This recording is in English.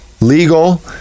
legal